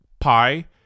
pi